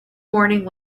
morning